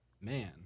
Man